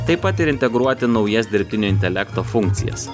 taip pat ir integruoti naujas dirbtinio intelekto funkcijas